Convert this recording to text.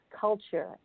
culture